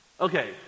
Okay